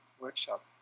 workshop